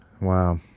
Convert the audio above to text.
Wow